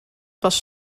was